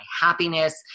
happiness